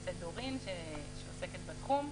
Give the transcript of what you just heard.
דורין שעוסקת בתחום,